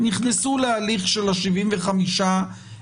נכנסו להליך של 75 ימים,